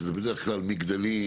שזה בדרך כלל מגדלים,